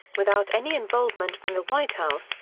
without any involvement from the white house,